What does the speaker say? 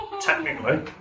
Technically